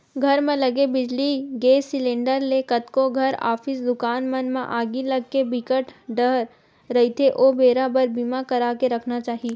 घर म लगे बिजली, गेस सिलेंडर ले कतको घर, ऑफिस, दुकान मन म आगी लगे के बिकट डर रहिथे ओ बेरा बर बीमा करा के रखना चाही